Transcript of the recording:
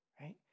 right